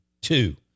two